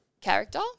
character